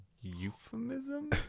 euphemism